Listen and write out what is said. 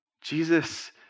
Jesus